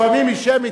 לפעמים היא שמית,